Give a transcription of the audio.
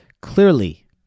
clearly